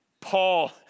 Paul